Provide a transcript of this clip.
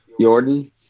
Jordan